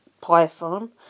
python